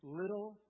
little